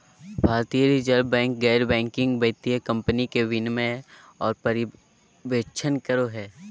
भारतीय reserve bank गैर banking वित्तीय कम्पनी के विनियमन आर पर्यवेक्षण करो हय